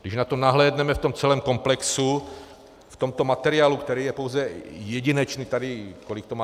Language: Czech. Když na to nahlédneme v tom celém komplexu, v tomto materiálu, který je pouze jedinečný kolik to má?